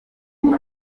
kuko